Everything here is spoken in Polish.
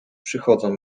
przychodzą